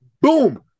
Boom